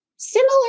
similar